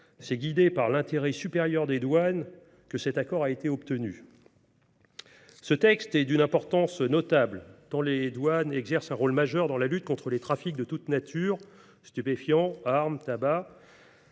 étions guidés par l’intérêt supérieur des douanes que cet accord a été obtenu. Ce texte est d’une importance notable, tant les douanes exercent un rôle majeur dans la lutte contre les trafics de toute nature – stupéfiants, armes, tabac